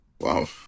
wow